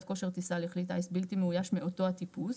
כושר טיסה לכלי טיס בלתי מאויש מאותו הטיפוס,